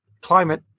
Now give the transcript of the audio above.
climate